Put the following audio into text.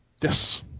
Yes